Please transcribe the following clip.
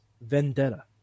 Vendetta